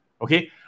Okay